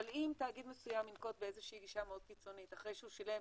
אבל אם תאגיד מסוים ינקוט באיזה שהיא גישה מאוד קיצונית אחרי שהוא שילם